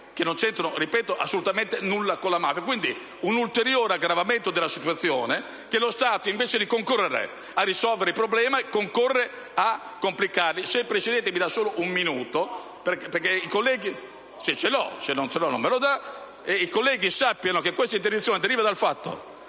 che non c'entrano - ripeto - assolutamente nulla con la mafia. Quindi, è un ulteriore aggravamento della situazione e lo Stato, invece di concorrere a risolvere il problema, concorre a complicarlo. I colleghi sappiano che questa interdizione deriva dal fatto